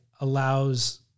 allows